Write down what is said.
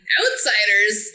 outsiders